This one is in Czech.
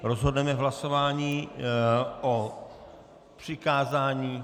Rozhodneme v hlasování o přikázání.